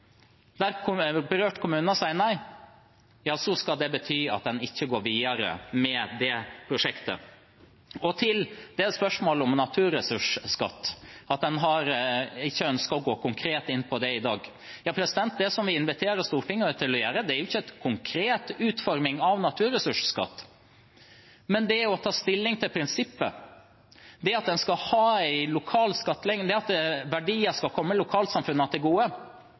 der det ikke er lokal oppslutning, der berørte kommuner sier nei, skal en ikke gå videre med prosjektet. Til spørsmålet om naturressursskatt og at en ikke ønsker å gå konkret inn på det i dag: Det vi inviterer Stortinget til, er ikke en konkret utforming av en naturressursskatt, men å ta stilling til prinsippet – at en skal ha en lokal skattlegging, at verdier skal komme lokalsamfunnene til gode.